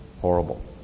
horrible